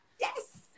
Yes